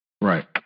Right